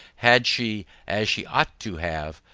had she, as she ought to have,